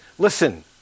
Listen